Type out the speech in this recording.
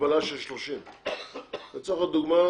מגבלה של 30. לצורך הדוגמה,